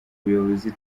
buyobozi